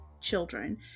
children